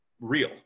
Real